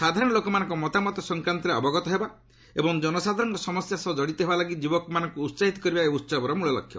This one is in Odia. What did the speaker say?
ସାଧାରଣ ଲୋକମାନଙ୍କ ମତାମତ ସଂକ୍ରାନ୍ତରେ ଅବଗତ ହେବା ଏବଂ ଜନସାଧାରଣଙ୍କ ସମସ୍ୟା ସହ ଜଡ଼ିତ ହେବା ଲାଗି ଯୁବକମାନଙ୍କୁ ଉସାହିତ କରିବା ଏହି ଉସବର ମୂଳ ଲକ୍ଷ୍ୟ